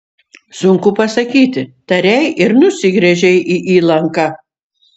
sunku pasakyti tarei ir nusigręžei į įlanką